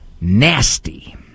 nasty